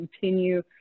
continue